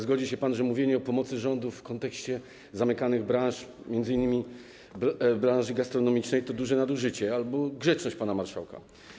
Zgodzi się pan, że mówienie o pomocy rządu w kontekście zamykanych branż, m.in. branży gastronomicznej, to duże nadużycie albo grzeczność pana marszałka.